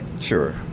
sure